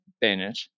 Bennett